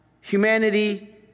humanity